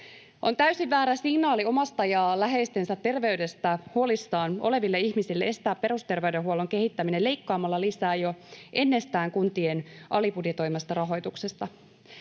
On täysin väärä signaali omasta ja läheistensä terveydestä huolissaan oleville ihmisille estää perusterveydenhuollon kehittäminen leikkaamalla lisää jo ennestään kuntien alibudjetoimasta rahoituksesta.